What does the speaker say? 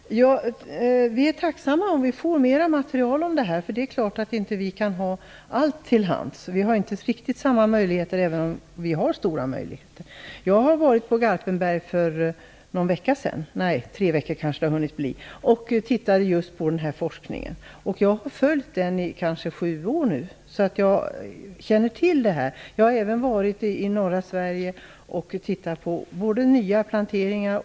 Herr talman! Vi vore tacksamma för mera material om det här. Det är klart att vi inte kan ha allt material till hands. Vi har ju inte riktigt samma möjligheter till det, även om våra möjligheter är stora. Jag var på Garpenberg för cirka tre veckor sedan och tittade på den här forskningen, som jag under ungefär sju års tid har följt. Jag känner alltså till det här. Jag har även varit i norra Sverige och tittat på både nya och äldre planteringar.